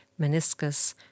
meniscus